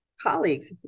colleagues